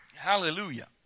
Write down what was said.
Hallelujah